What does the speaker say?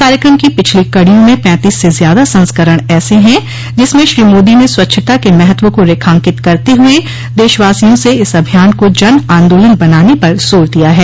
कार्यक्रम की पिछली कड़ियों में पैतीस से ज्यादा संस्करण ऐसे हैं जिसमें श्री मोदी ने स्वच्छता के महत्व को रेखांकित करते हुए देशवासियों से इस अभियान को जन आन्दोलन बनाने पर ज़ोर दिया है